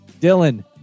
Dylan